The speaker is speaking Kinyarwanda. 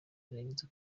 kugerageza